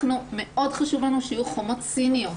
לנו חשוב מאוד שיהיו חומות סיניות,